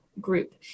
group